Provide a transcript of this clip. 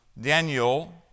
Daniel